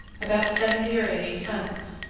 about seventy or eighty tons,